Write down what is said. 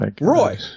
Roy